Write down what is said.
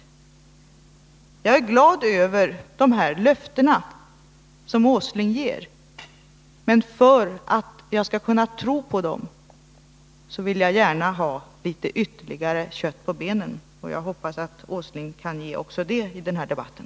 Jag är glad över de här löftena som herr Åsling ger, men för att jag skall kunna tro på dem vill jag gärna ha litet ytterligare kött på benen, och jag hoppas att herr Åsling kan ge också det i den här debatten.